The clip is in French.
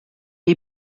est